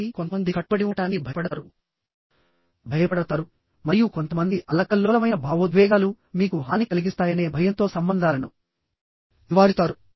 కాబట్టి కొంతమంది కట్టుబడి ఉండటానికి భయపడతారు భయపడతారు మరియు కొంతమంది అల్లకల్లోలమైన భావోద్వేగాలు మీకు హాని కలిగిస్తాయనే భయంతో సంబంధాలను నివారిస్తారు